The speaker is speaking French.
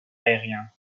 aérien